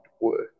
work